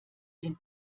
den